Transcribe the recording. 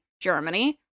germany